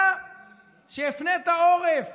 אתה שהפנית עורף